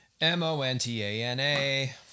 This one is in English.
M-O-N-T-A-N-A